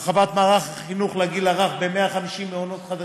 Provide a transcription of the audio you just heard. הרחבת מערך החינוך לגיל הרך ב-150 מעונות חדשים,